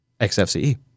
XFCE